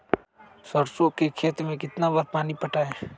सरसों के खेत मे कितना बार पानी पटाये?